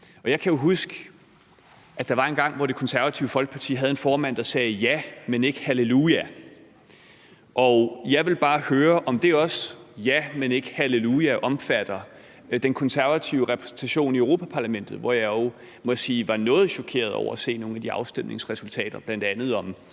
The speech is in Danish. der var engang, hvor Det Konservative Folkeparti havde en formand, der sagde ja, men ikke halleluja, og jeg vil bare høre, om det ja, men ikke halleluja, også omfatter den konservative repræsentation i Europa-parlamentet. Jeg må sige, at jeg var noget chokeret over at se nogle af de afstemningsresultater,